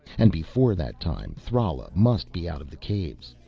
and before that time thrala must be out of the caves.